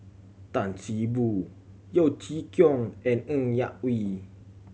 Tan See Boo Yeo Chee Kiong and Ng Yak Whee